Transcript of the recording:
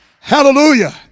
hallelujah